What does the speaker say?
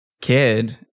kid